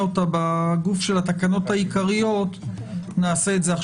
אותה בגוף של התקנות העיקריות נעשה את זה.